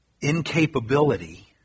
incapability